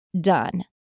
done